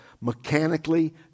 mechanically